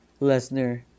Lesnar